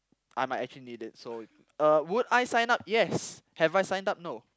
I might actually need it so uh would I sign up yes have I signed up no